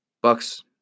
Bucks